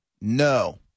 No